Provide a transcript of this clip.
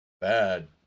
bad